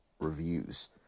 reviews